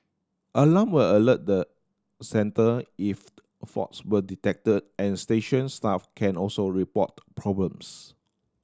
alarm will alert the centre if faults were detected and station staff can also report problems